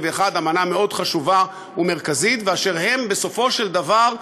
אתה יודע,